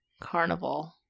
Carnival